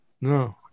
No